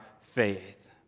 faith